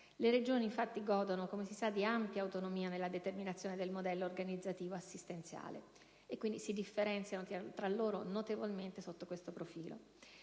le Regioni, infatti, godono - come si sa - di ampia autonomia nella determinazione del modello organizzativo assistenziale e si differenziano quindi notevolmente tra loro sotto questo profilo.